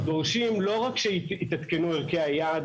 אנחנו דורשים לא רק שיתעדכנו ערכי היעד